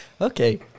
Okay